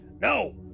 no